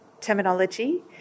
terminology